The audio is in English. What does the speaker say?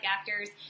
actors